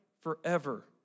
forever